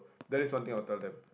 that is one thing I would tell them